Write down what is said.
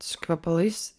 su kvepalais